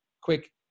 quick